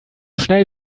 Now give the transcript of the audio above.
schnell